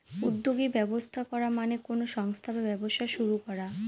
উদ্যোগী ব্যবস্থা করা মানে কোনো সংস্থা বা ব্যবসা শুরু করা